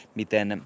miten